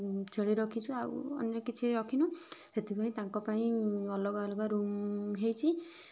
ଛେଳି ରଖିଛୁ ଆଉ ଅନ୍ୟ କିଛି ରଖିନୁ ସେଥିପାଇଁ ତାଙ୍କ ପାଇଁ ଅଲଗା ଅଲଗା ରୁମ୍ ହୋଇଛି